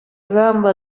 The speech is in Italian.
gamba